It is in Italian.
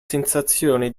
sensazione